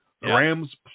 Rams